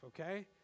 okay